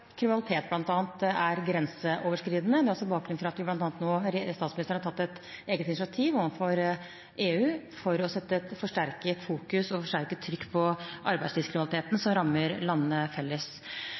kriminalitet bl.a. er grenseoverskridende. Det er også bakgrunnen for at statsministeren har tatt et eget initiativ overfor EU for å sette et forsterket trykk på arbeidslivskriminaliteten